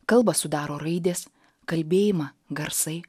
kalbą sudaro raidės kalbėjimą garsai